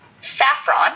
saffron